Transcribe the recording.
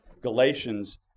galatians